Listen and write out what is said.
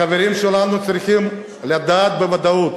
החברים שלנו צריכים לדעת בוודאות